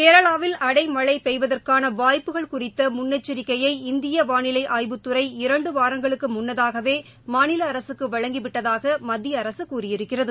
கேரளாவில் அடைமழைபெய்வதற்கானவாய்ப்புகள் குறித்தமுன்னெச்சரிக்கையை இந்தியவானிலைஆய்வுத்துறை இரண்டுவாரங்களுக்குமுன்னதாகவேமாநிலஅரசுக்குவழங்கிவிட்டதாகமத்தியஅரசுகூறியிருக்கிறது